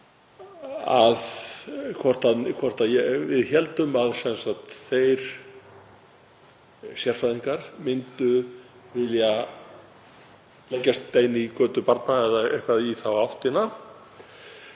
við héldum að þeir sérfræðingar myndu vilja leggja stein í götu barna, eða eitthvað í þá áttina.